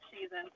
season